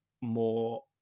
more